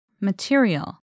Material